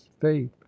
faith